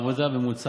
את זה בפרוטוקול.